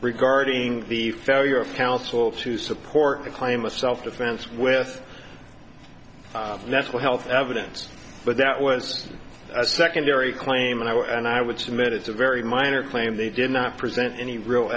regarding the failure of counsel to support the claim of self defense with national health evidence but that was a secondary claim and i will and i would submit it's a very minor claim they did not present any real